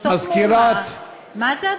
עושות מהומה, מה זה הדבר הזה?